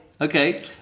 Okay